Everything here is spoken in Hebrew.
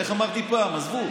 איך אמרתי פעם, עזבו.